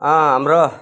हाम्रो